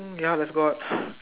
um ya let's go out